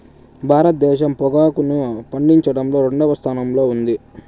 భారతదేశం పొగాకును పండించడంలో రెండవ స్థానంలో ఉంది